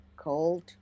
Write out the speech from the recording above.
Cold